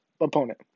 opponent